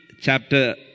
chapter